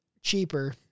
cheaper